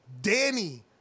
Danny